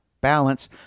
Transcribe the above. balance